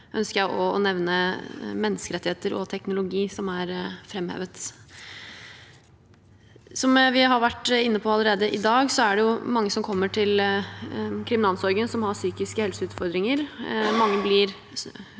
Jeg ønsker også å nevne menneskerettigheter og teknologi, som er framhevet. Som vi har vært inne på allerede i dag, er det mange som kommer til kriminalomsorgen som har psykiske helseutfordringer.